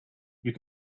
you